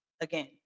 again